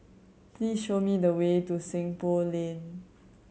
please show me the way to Seng Poh Lane